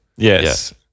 Yes